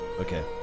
Okay